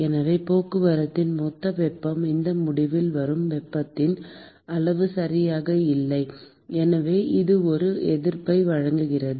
எனவே போக்குவரத்தின் மொத்த வெப்பம் இந்த முடிவில் வரும் வெப்பத்தின் அளவு சரியாக இல்லை எனவே இது ஒரு எதிர்ப்பை வழங்குகிறது